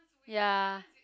ya